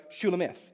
Shulamith